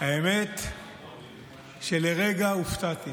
האמת שלרגע הופתעתי,